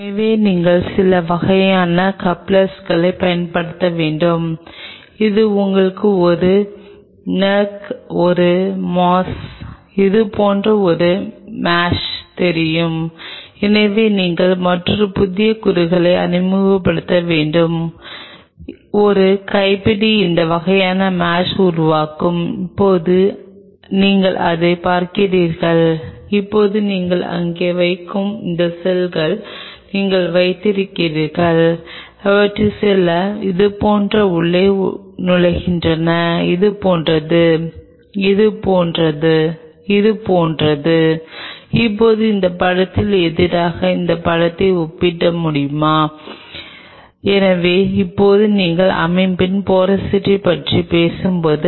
இந்த இடைநீக்கத்தை நீங்கள் வெளியே வைத்தவுடன் அது ஆரம்பத்தில் இதுபோன்றே இருக்கும் அல்லது சிறிது நேரம் இருக்கலாம் அல்லது மற்ற விருப்பம் என்னவென்றால் இந்த செல்கள் அடர் நீல நிறத்தில் காட்டப்படுவது போல் இது பரவக்கூடும் அல்லது இது இன்னும் வேகமாக பரவக்கூடும் எங்கே இவை சாத்தியக்கூறுகள் மற்றும் நீங்கள் நேரத்தைப் பொறுத்து இதை வரைபடமாக்கலாம் இது இதுபோன்றதா அல்லது இது இப்படித்தான் இருக்கிறதா அல்லது இது இப்படித்தான் ஆகிறது நீங்கள் இதை உண்மையில் மைகிரோஸ்கோப் கீழ் பார்க்க முடியும்